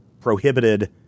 prohibited